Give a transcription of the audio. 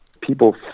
People